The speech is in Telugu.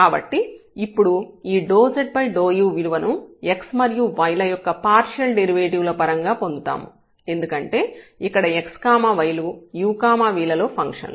కాబట్టి ఇప్పుడు ఈ ∂z∂u విలువను x మరియు y ల యొక్క పార్షియల్ డెరివేటివ్ ల పరంగా పొందుతాము ఎందుకంటే ఇక్కడ x y లు u v లలో ఫంక్షన్లు